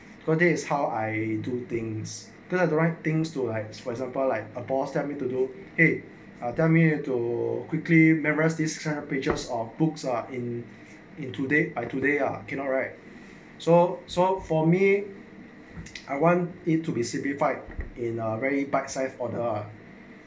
so that is how I do things the right things to rights for example like a boss tells me to do eh tell me to quickly memorize this therapy pages of books ah in in today I today ah cannot right so so for me I want it to be simplified in a very bite size for the